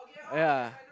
ya